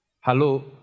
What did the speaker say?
Hello